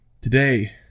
Today